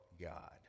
God